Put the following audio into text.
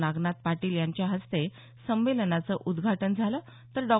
नागनाथ पाटील यांच्या हस्ते संमेलनाचं उद्घाटन झालं तर डॉ